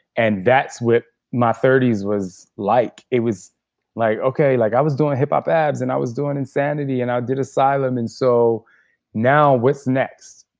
and that's with my thirty s was like. it was like, okay, like i was doing hip-hop abs. and i was doing insanity. and i did asylum and so now what's next?